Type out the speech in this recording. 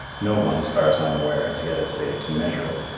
no one, as far as i am aware, has yet essayed to measure it.